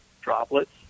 droplets